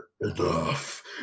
enough